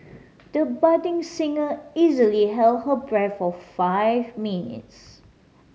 the budding singer easily held her breath for five minutes